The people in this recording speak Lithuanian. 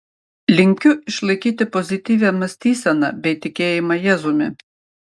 linkiu išlaikyti pozityvią mąstyseną bei tikėjimą jėzumi